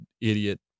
idiot